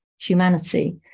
humanity